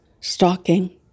stalking